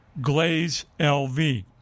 GlazeLV